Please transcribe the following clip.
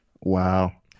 Wow